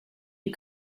you